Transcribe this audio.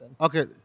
Okay